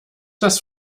das